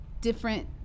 different